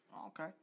Okay